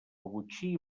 botxí